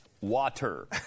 water